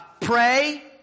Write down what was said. pray